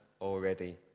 already